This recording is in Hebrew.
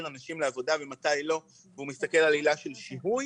אנשים לעבודה ומתי לא והוא מסתכל על עילה של שיהוי